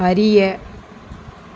அறிய